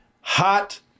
hot